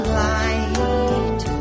light